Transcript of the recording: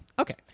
Okay